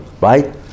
right